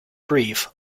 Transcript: brief